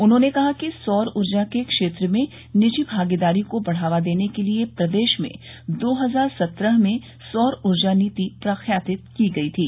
उन्होंने कहा कि सौर ऊर्जा के क्षेत्र में निजी भागीदारी को बढ़ावा देने के लिये प्रदेश में दो हजार सत्रह में सौर ऊर्जा नीति प्रख्यापित की गई थी